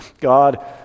God